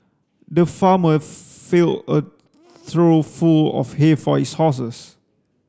the farmer filled a trough full of hay for his horses